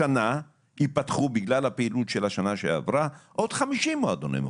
השנה ייפתחו בגלל הפעילות של השנה שעברה עוד 50 מועדוני מופת.